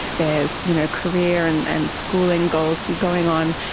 there's you know career and and schooling goals going on,